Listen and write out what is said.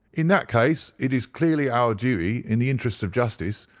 in that case it is clearly our duty, in the interests of justice,